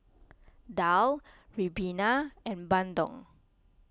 Daal Ribena and Bandung